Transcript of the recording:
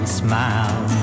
smile